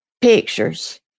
pictures